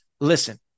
Listen